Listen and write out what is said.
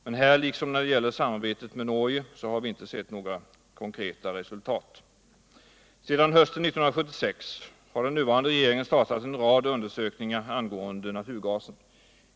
Men här liksom när det gäller samarbetet med Norge har vi inte sett några resultat. Sedan hösten 1976 har regeringen startat en rad undersökningar angående naturgasen.